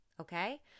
okay